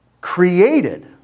Created